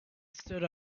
stood